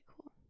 cool